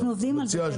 אנחנו עובדים על זה.